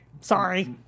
sorry